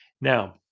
Now